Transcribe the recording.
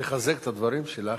על מנת לחזק את הדברים שלך,